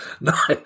Nice